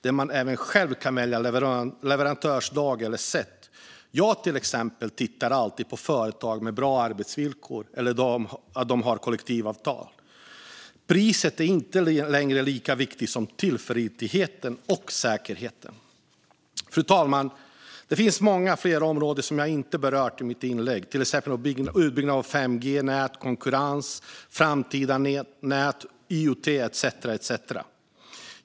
Man kan även själv välja leveransdag och leveranssätt. Jag tittar till exempel alltid på företag med bra arbetsvillkor och på att de har kollektivavtal. Priset är inte längre lika viktigt som tillförligheten och säkerheten. Fru talman! Det finns många områden som jag inte har berört i mitt inlägg, till exempel utbyggnad av 5G-nät, konkurrens, framtida nät och IOT.